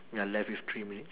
we are left with three minutes